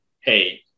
hey